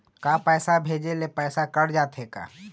का पैसा भेजे ले पैसा कट जाथे का?